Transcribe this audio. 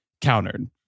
countered